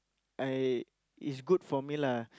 I it's good for me lah